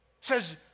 says